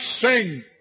sing